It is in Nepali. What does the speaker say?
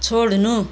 छोड्नु